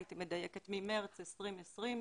הייתי מדייקת ממרץ 2020,